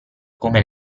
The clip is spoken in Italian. come